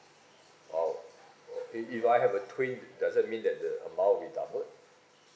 !wow! if if I have the twin does it mean that the amount will be doubled